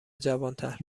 جوانتر